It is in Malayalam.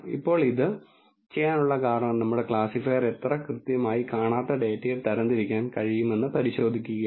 ഇപ്പോൾ ഇത് ചെയ്യാനുള്ള കാരണം നമ്മുടെ ക്ലാസിഫയർ എത്ര കൃത്യമായി കാണാത്ത ഡാറ്റയെ തരംതിരിക്കാൻ കഴിയുമെന്ന് പരിശോധിക്കുകയാണ്